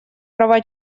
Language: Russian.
права